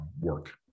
work